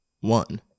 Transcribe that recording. one